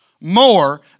more